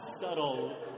subtle